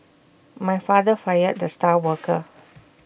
my father fired the star worker